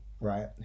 Right